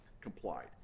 complied